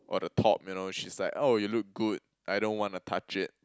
or the top you know she's like oh you look good I don't wanna touch it